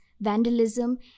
vandalism